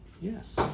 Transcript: Yes